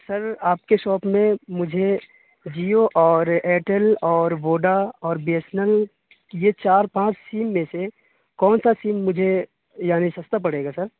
سر آپ کے شاپ میں مجھے جیو اور ایئرٹیل اور ووڈا اور بی ایس این ایل یہ چار پانچ سیم میں سے کون سا سیم مجھے یعنی سستا پڑے گا سر